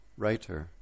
writer